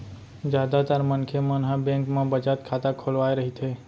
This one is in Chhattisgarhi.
जादातर मनखे मन ह बेंक म बचत खाता खोलवाए रहिथे